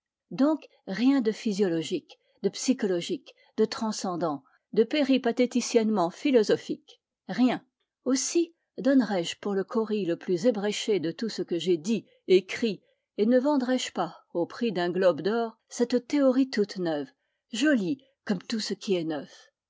donc rien de physiologique de psychologique de transcendant de péripatéticiennement philosophique rien aussi donnerais-je pour le cauris le plus ébréché tout ce que j'ai dit écrit et ne vendrais je pas au prix d'un globe d'or cette théorie toute neuve jolie comme tout ce qui est neuf